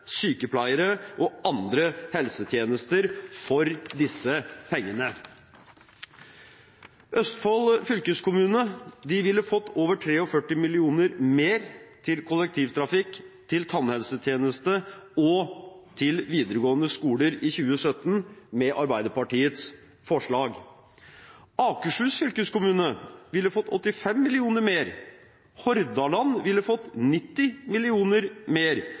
sykepleiere og andre helsetjenester for disse pengene. Østfold fylkeskommune ville fått over 43 mill. kr mer til kollektivtrafikk, til tannhelsetjeneste og til videregående skoler i 2017 med Arbeiderpartiets forslag. Akershus fylkeskommune ville fått 85 mill. kr mer. Hordaland ville fått 90 mill. kr mer.